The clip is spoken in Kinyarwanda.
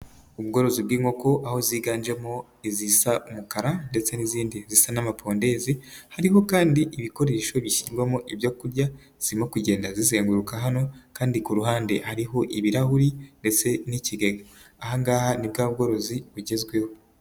Ubworozi bw'inko aho ziganjemo izisa umukara ndetse n'izindi zisa n'amapondezi, hariho kandi ibikoresho bishyirwamo ibyo kurya, zirimo kugenda zizenguruka hano kandi ku ruhande hariho ibirahuri ndetse n'ikigega, aha ngaha ni bwa bworozi bugezweho.